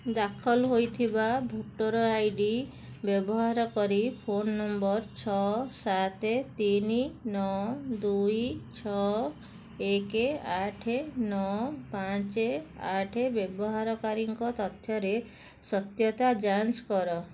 ଦାଖଲ ହୋଇଥିବା voter I D ବ୍ୟବହାର କରି ଫୋନ ନମ୍ବର ଛଅ ସାତ ତିନି ନଅ ଦୁଇ ଛଅ ଏକ ଆଠ ନଅ ପାଞ୍ଚ ଆଠ ବ୍ୟବହାରକାରୀଙ୍କ ତଥ୍ୟରେ ସତ୍ୟତା ଯାଞ୍ଚ କର